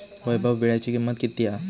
वैभव वीळ्याची किंमत किती हा?